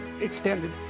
extended